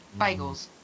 Bagels